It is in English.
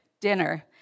dinner